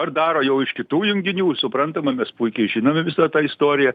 ar daro jau iš kitų junginių suprantama mes puikiai žinome visą tą istoriją